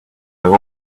i’ve